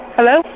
Hello